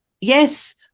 yes